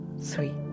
three